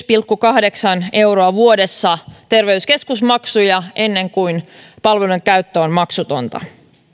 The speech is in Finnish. pilkku kahdeksan euroa vuodessa terveyskeskusmaksuja ennen kuin palveluiden käyttö on maksutonta